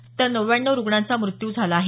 तर नव्व्याण्णव रुग्णांचा मृत्यू झाला आहे